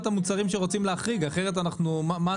המוצרים שרוצים להחריג כי אחרת מה עשינו כאן?